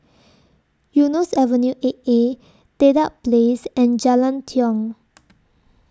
Eunos Avenue eight A Dedap Place and Jalan Tiong